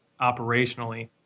operationally